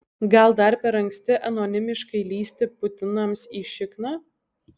gal dar per anksti anonimiškai lįsti putinams į šikną